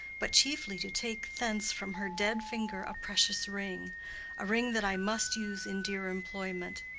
but chiefly to take thence from her dead finger a precious ring a ring that i must use in dear employment.